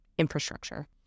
infrastructure